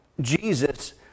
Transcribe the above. Jesus